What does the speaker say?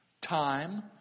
Time